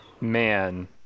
Man